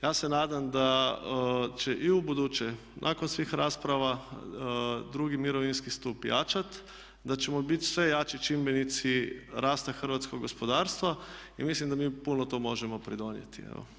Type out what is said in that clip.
Ja se nadam da će i ubuduće nakon svih rasprava drugi mirovinski stup jačati, da ćemo biti sve jači čimbenici rasta hrvatskog gospodarstva i mislim da mi puno tome možemo pridonijeti.